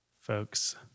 folks